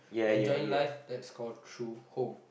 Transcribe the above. enjoying life that's call true home